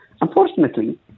unfortunately